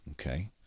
Okay